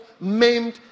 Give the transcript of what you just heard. maimed